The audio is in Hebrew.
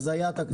היה תקדים.